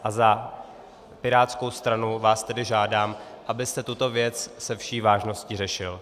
A za pirátskou stranu vás tedy žádám, abyste tuto věc se vší vážností řešil.